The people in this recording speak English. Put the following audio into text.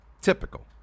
Typical